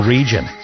Region